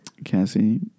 cassie